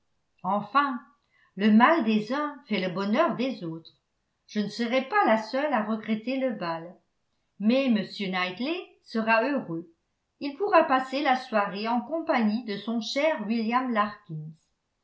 enfin le mal des uns fait le bonheur des autres je ne serai pas la seule à regretter le bal mais m knightley sera heureux il pourra passer la soirée en compagnie de son cher william larkins